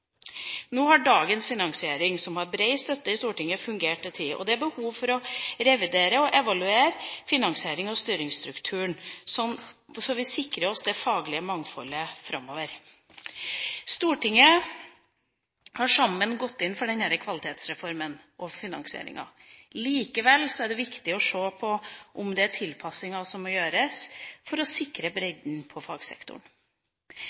Nå har dagens finansiering, som har bred støtte i Stortinget, fungert en tid, og det er behov for å revidere og evaluere finansierings- og styringsstrukturen, så vi sikrer oss det faglige mangfoldet framover. Stortinget har sammen gått inn for denne Kvalitetsreformen og finansieringa. Likevel er det viktig å se på om det er tilpasninger som må gjøres for å sikre